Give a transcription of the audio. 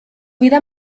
vida